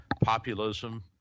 populism